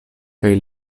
kaj